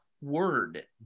word